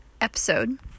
episode